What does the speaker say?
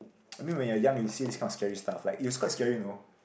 I mean when you are young you see this kind of scary stuff like it was quite scary you know